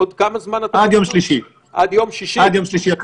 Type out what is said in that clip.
עוד כמה זמן אתה בבידוד?